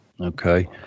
Okay